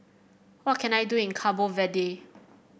what can I do in Cabo Verde